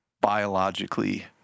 biologically